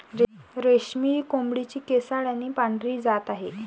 रेशमी ही कोंबडीची केसाळ आणि पांढरी जात आहे